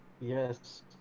Yes